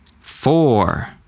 Four